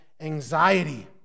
anxiety